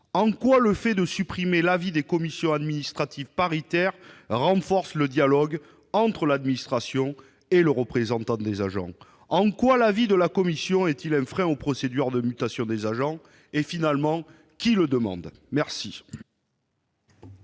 En quoi le fait de supprimer l'avis des commissions administratives paritaires renforce-t-il le dialogue entre l'administration et les représentants des agents ? En quoi l'avis de ces commissions est-il un frein aux procédures de mutation des agents ? Enfin, qui demande de